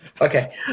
Okay